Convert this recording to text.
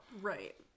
Right